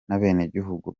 n’abenegihugu